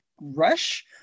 rush